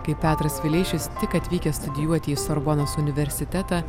kai petras vileišis tik atvykęs studijuoti į sorbonos universitetą